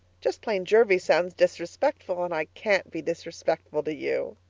just plain jervie sounds disrespectful, and i can't be disrespectful to you!